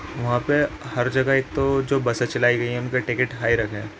وہاں پہ ہر جگہ ایک تو جو بسیں چلائی گئی ہیں ان کے ٹکٹ ہائی رکھے ہیں